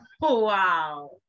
wow